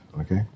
Okay